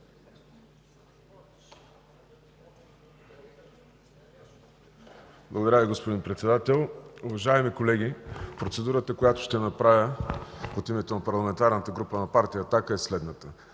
Благодаря Ви, господин Председател. Уважаеми колеги, процедурата, която ще направя от името на Парламентарната група на Партия „Атака”, е следната.